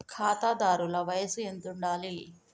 ఖాతాదారుల వయసు ఎంతుండాలి?